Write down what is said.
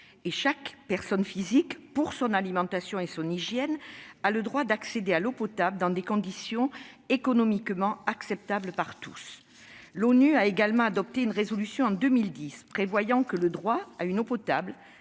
et chaque personne physique, pour son alimentation et son hygiène, a le droit d'accéder à l'eau potable dans des conditions économiquement acceptables par tous ». En 2010, l'ONU a adopté une résolution prévoyant que « le droit à une eau potable,